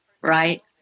right